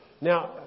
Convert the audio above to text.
Now